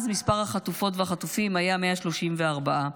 אז מספר החטופות והחטופים היה 134,